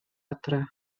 adre